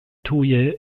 tuje